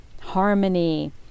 harmony